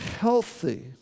healthy